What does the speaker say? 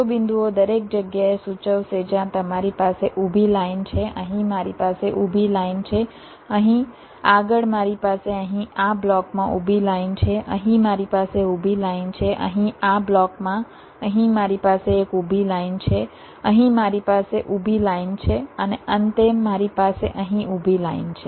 શિરોબિંદુઓ દરેક જગ્યાએ સૂચવશે જ્યાં તમારી પાસે ઊભી લાઇન છે અહીં મારી પાસે ઊભી લાઇન છે અહીં આગળ મારી પાસે અહીં આ બ્લોકમાં ઊભી લાઇન છે અહીં મારી પાસે ઊભી લાઇન છે અહીં આ બ્લોકમાં અહીં મારી પાસે એક ઊભી લાઇન છે અહીં મારી પાસે ઊભી લાઇન છે અને અંતે મારી પાસે અહીં ઊભી લાઇન છે